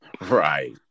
Right